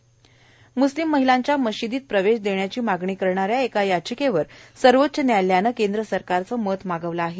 म्स्लिम महिलांच्या मशीदीत प्रवेश देण्याची मागणी करणाऱ्या एका याचिकेवर सर्वोच्च न्यायालयानं केंद्र सरकारचं मत मागवलं आहे